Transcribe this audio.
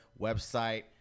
website